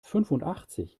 fünfundachtzig